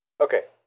Okay